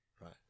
right